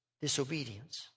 disobedience